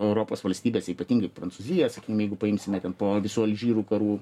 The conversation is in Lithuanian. europos valstybėse ypatingai prancūzijos jeigu paimsime ten po visų alžyrų karų